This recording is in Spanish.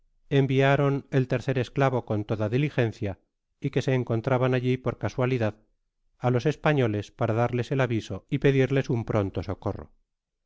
enviaron el tercer esclavo con toda diligencia y que se encontraban alli por casualidad á los españoles para darles el aviso y pedirles un pronto socorro